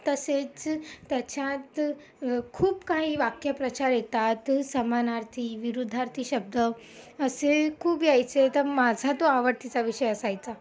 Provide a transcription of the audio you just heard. तसेच त्याच्यात खूप काही वाक्यप्रचार येतात समानार्थी विरुद्धार्थी शब्द असे खूप यायचे तर माझा तो आवडतीचा विषय असायचा